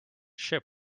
ship